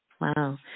wow